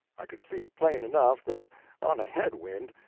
i could see, plain enough, that on a head-wind,